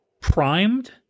primed